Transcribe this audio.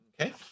Okay